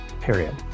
period